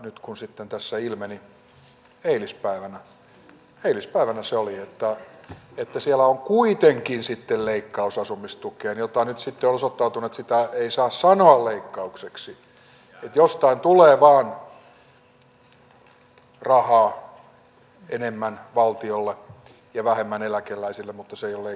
nyt sitten tässä ilmeni eilispäivänä eilispäivänä se oli että siellä on kuitenkin sitten leikkaus asumistukeen josta nyt sitten on osoittautunut että sitä ei saa sanoa leikkaukseksi että jostain tulee vaan rahaa enemmän valtiolle ja vähemmän eläkeläisille mutta se ei ole leikkaus